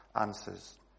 answers